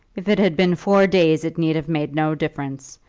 if it had been four days it need have made no difference.